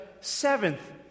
seventh